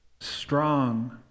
strong